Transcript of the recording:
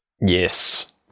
Yes